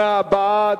28 בעד,